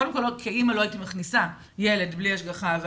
כאימא לא הייתי מכניסה ילד בלי השגחה,